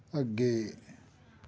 ਅੱਗੇ